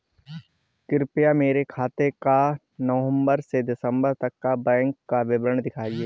कृपया मेरे खाते का नवम्बर से दिसम्बर तक का बैंक विवरण दिखाएं?